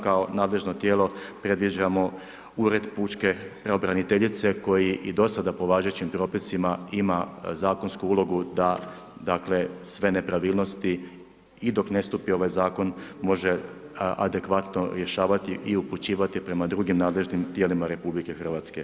Kao nadležno tijelo predviđamo Ured pučke pravobraniteljice koji i do sada po važećim propisima ima zakonsku ulogu da dakle sve nepravilnosti i dok ne stupi ovaj zakon može adekvatno rješavati i upućivati prema drugim nadležnim tijelima RH.